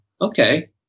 okay